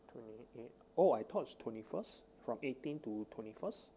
twenty eight oh I thought it's twenty first from eighteen to twenty first